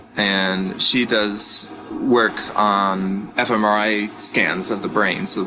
and she does work on fmri scans of the brain, so